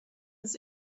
was